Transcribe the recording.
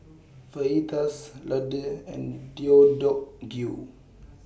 Fajitas Ladoo and Deodeok Gui